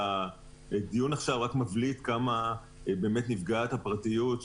הדיון עכשיו רק מבליט עד כמה נפגעת הפרטיות,